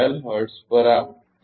012 hertz બરાબર